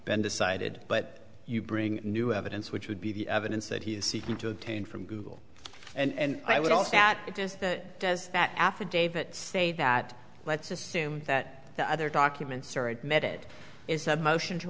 decided but you bring new evidence which would be the evidence that he is seeking to obtain from google and i would also say that it is that does that affidavit say that let's assume that the other documents are admitted is a motion to